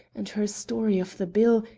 and her story of the bill,